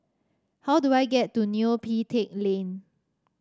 how do I get to Neo Pee Teck Lane